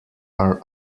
are